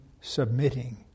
submitting